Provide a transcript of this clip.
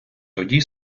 тоді